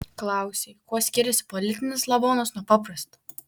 klausei kuo skiriasi politinis lavonas nuo paprasto